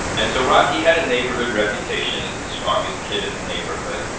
and so rocky had a neighborhood reputation as the strongest kid in the neighborhood,